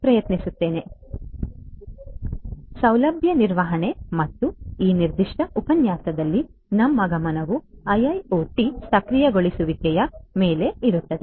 ಆದ್ದರಿಂದ ಸೌಲಭ್ಯ ನಿರ್ವಹಣೆ ಮತ್ತು ಈ ನಿರ್ದಿಷ್ಟ ಉಪನ್ಯಾಸದಲ್ಲಿ ನಮ್ಮ ಗಮನವು IIoT ಸಕ್ರಿಯಗೊಳಿಸುವಿಕೆಯ ಮೇಲೆ ಇರುತ್ತದೆ